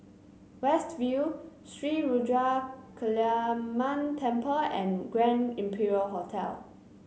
West View Sri Ruthra Kaliamman Temple and Grand Imperial Hotel